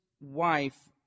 wife